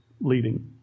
leading